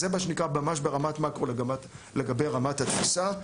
אז זה ממש ברמת מאקרו לגבי רמת התפיסה.